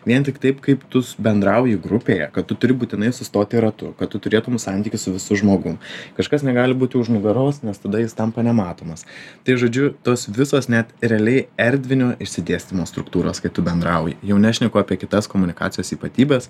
vien tik taip kaip tu s bendrauji grupėje kad tu turi būtinai sustoti ratu kad tu turėtum santykį su visu žmogum kažkas negali būti už nugaros nes tada jis tampa nematomas tai žodžiu tos visos net realiai erdvinio išsidėstymo struktūros kai tu bendrauji jau nešneku apie kitas komunikacijos ypatybes